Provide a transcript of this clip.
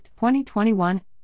2021